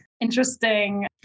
interesting